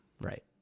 Right